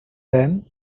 then